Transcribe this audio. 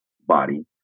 body